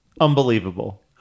Unbelievable